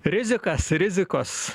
rizikas rizikos